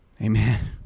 Amen